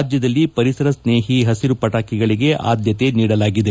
ರಾಜ್ಯದಲ್ಲಿ ಪರಿಸರ ಸ್ನೇಹಿ ಹಸಿರು ಪಟಾಕಿಗಳಿಗೆ ಆದ್ಯತೆ ನೀಡಲಾಗಿದೆ